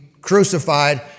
crucified